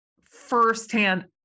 firsthand